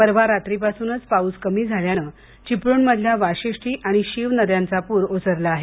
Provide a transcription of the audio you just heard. परवा रात्रीपासूनच पाऊस कमी झाल्यानं चिपळूणमधल्या वाशिष्ठी आणि शीव नद्यांचा पूर ओसरला आहे